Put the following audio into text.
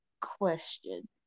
question